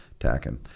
attacking